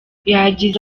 yagize